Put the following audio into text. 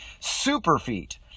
Superfeet